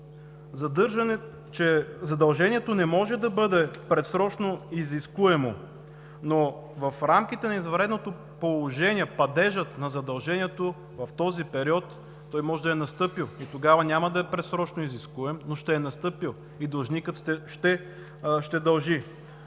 задължението не може да бъде предсрочно изискуемо, но в рамките на извънредното положение падежът на задължението в този период – той може да е настъпил, и тогава няма да е предсрочно изискуем, но ще е настъпил и длъжникът ще дължи.